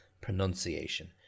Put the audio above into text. pronunciation